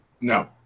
No